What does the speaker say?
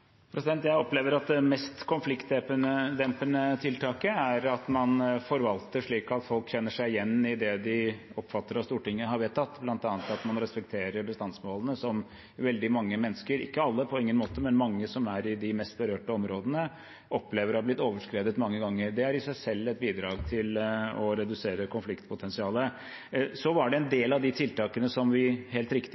opplever at det mest konfliktdempende tiltaket er at man forvalter slik at folk kjenner seg igjen i det de oppfatter at Stortinget har vedtatt, bl.a. at man respekterer bestandsmålene som veldig mange mennesker – på ingen måte alle, men mange – i de mest berørte områdene opplever har blitt overskredet mange ganger. Det er i seg selv et bidrag til å redusere konfliktpotensialet. Så ble en del av de tiltakene som vi,